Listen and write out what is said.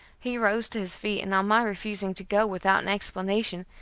he rose to his feet, and on my refusing to go without an explanation,